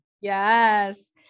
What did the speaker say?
Yes